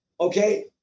Okay